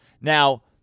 Now